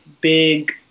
big